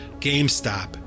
GameStop